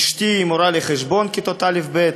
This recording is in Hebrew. אשתי היא מורה לחשבון לכיתות א' ב',